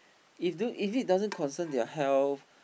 is do is it doesn't concern their health